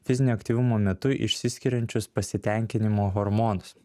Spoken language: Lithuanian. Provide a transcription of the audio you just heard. fizinio aktyvumo metu išsiskiriančius pasitenkinimo hormonus